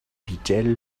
vitel